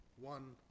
one